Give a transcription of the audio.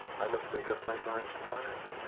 i must make up my mind to die,